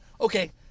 Okay